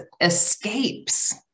escapes